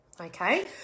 Okay